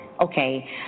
okay